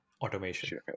Automation